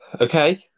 Okay